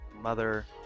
mother